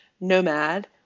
nomad